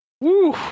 Woo